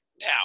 Now